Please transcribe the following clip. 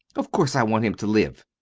of course i want him to live!